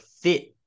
fit